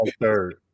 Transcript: third